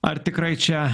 ar tikrai čia